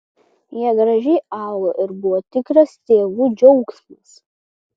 jie gražiai augo ir buvo tikras tėvų džiaugsmas